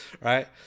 Right